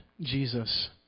Jesus